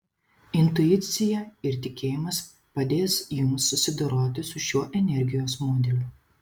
intuicija ir tikėjimas padės jums susidoroti su šiuo energijos modeliu